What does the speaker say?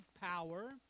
power